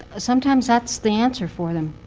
sometimes that's the answer for them.